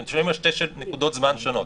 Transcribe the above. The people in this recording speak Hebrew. אתם מדברים על שתי נקודות זמן שונות.